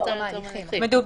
עד תום ההליכים, סליחה.